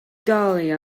dahlia